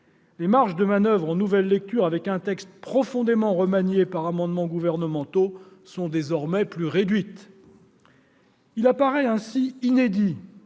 Les marges de manoeuvre en nouvelle lecture, avec un texte profondément remanié par des amendements gouvernementaux, sont désormais plus réduites. Il apparaît ainsi inédit